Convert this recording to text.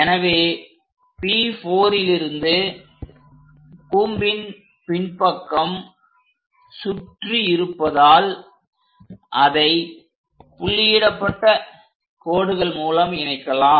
எனவே P4லிருந்து கூம்பின் பின்பக்கம் சுற்றி இருப்பதால் அதை புள்ளி இடப்பட்ட கோடுகள் மூலம் இணைக்கலாம்